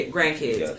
Grandkids